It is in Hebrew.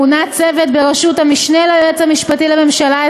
מונה צוות בראשות המשנה ליועץ המשפטי לממשלה,